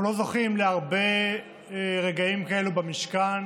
אנחנו לא זוכים להרבה רגעים כאלה במשכן